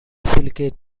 silicate